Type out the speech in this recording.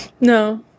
No